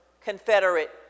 Confederate